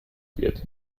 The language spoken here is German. wird